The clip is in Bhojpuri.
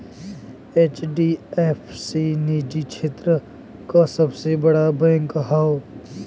एच.डी.एफ.सी निजी क्षेत्र क सबसे बड़ा बैंक हौ